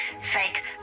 fake